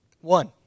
One